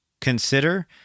consider